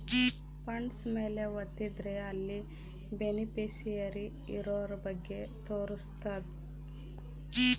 funds ಮೇಲೆ ವತ್ತಿದ್ರೆ ಅಲ್ಲಿ ಬೆನಿಫಿಶಿಯರಿ ಇರೋರ ಬಗ್ಗೆ ತೋರ್ಸುತ್ತ